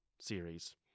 series